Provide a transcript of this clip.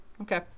Okay